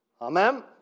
Amen